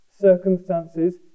Circumstances